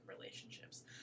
relationships